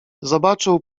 zobaczył